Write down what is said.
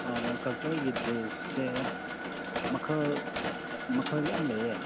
ꯑꯥ ꯀꯜꯆꯔꯒꯤ ꯗ꯭ꯔꯦꯁꯁꯦ ꯃꯈꯜ ꯃꯈꯜ ꯌꯥꯝ ꯂꯩꯌꯦ